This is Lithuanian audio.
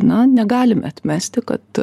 na negalime atmesti kad